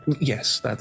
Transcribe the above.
Yes